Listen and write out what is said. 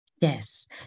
Yes